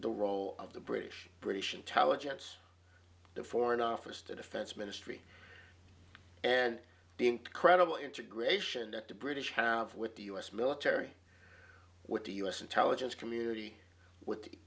the role of the british british intelligence the foreign office to defense ministry and the incredible integration that the british have with the u s military with the u s intelligence community with the